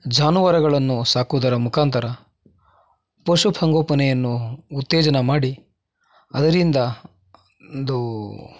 ಜಾನುವಾರಗಳನ್ನು ಸಾಕೋದರ ಮುಖಾಂತರ ಪಶುಪಂಗೋಪನೆಯನ್ನು ಉತ್ತೇಜನ ಮಾಡಿ ಅದರಿಂದ ಒಂದು